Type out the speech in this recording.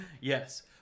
Yes